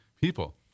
people